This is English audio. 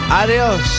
adios